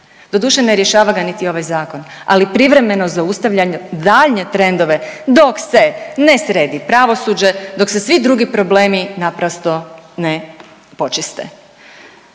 Doduše, ne rješava ga niti ovaj zakon, ali privremeno zaustavlja daljnje trendove dok se ne sredi pravosuđe, dok se svi drugi problemi naprosto ne počiste.